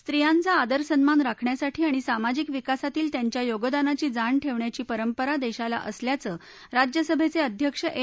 स्त्रियांचा आदर करण्याचा सन्मान राखण्यासाठी आणि सामाजिक विकासातील त्यांच्या योगदानाची जाण ठेवण्याची परंपरा देशाला असल्याचं राज्यसभेचे अध्यक्ष एम